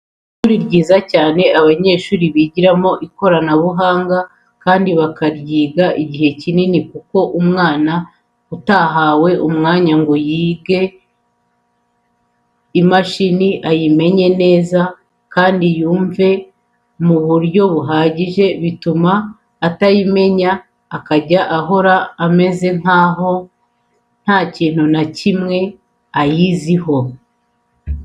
Ishuri ryiza cyane abanyeshuri bigiramo ikoranabuhanga kandi bakaryiga igihe kinini kuko umwana utamuhaye umwanya ngo yige imashini ayimenye neza kandi ayumve mu buryo buhagije, bituma atayimenya akajya ahora ameze nkaho nta kintu na kimwe ayiziho.